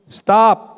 stop